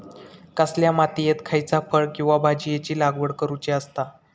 कसल्या मातीयेत खयच्या फळ किंवा भाजीयेंची लागवड करुची असता?